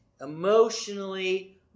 emotionally